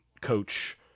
coach